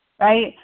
right